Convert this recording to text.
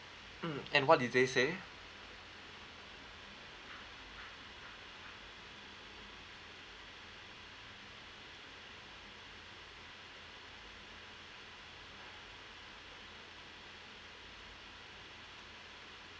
mm and what did they say